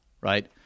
right